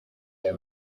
aya